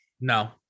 no